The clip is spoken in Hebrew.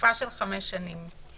לתקופה של חמש שנים.